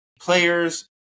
players